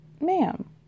ma'am